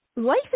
Life